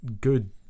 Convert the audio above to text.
good